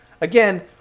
again